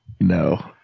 no